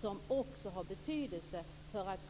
Det har betydelse för att